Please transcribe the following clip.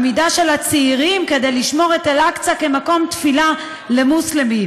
עמידה של הצעירים כדי לשמור את אל-אקצא כמקום תפילה למוסלמים.